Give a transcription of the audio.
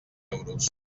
euros